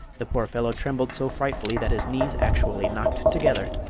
the poor fellow trembled so frightfully that his knees actually knocked together.